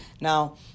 Now